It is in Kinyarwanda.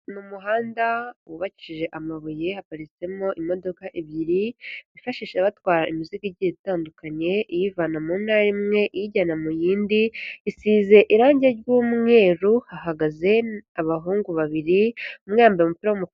Ni umuhanda wubakishije amabuye, haparitsemo imodoka ebyiri bifashishisha batwara imizigo igiye itandukanye, iyivana muntara imwe iyijyana mu yindi, isize irangi ry'umweru, hahagaze abahungu babiri, umwe yambaye umupira w'umutu.